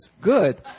good